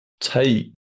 take